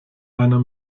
einer